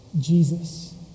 Jesus